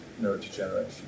neurodegeneration